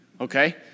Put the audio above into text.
Okay